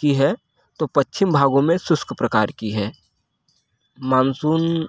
की है तो पच्छिम भागो में शुष्क प्रकार की है मानसून